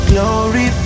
Glory